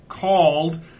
called